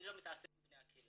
אני לא מתעסק עם בני הקהילה".